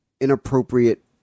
inappropriate